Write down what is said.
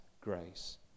grace